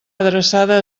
adreçada